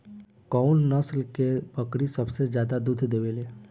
कउन नस्ल के बकरी सबसे ज्यादा दूध देवे लें?